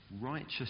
righteous